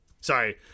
Sorry